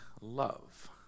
love